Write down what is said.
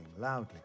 loudly